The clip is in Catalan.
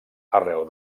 arreu